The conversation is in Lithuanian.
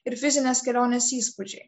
ir fizinės kelionės įspūdžiai